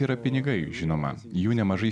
yra pinigai žinoma jų nemažai